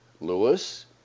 Lewis